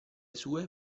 sue